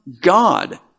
God